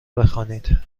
بخوانید